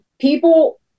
People